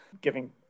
giving